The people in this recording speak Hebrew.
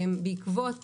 בעקבות